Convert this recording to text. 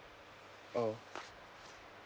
oh